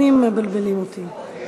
השי"נים מבלבלים אותי.